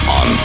on